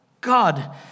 God